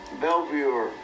Bellevue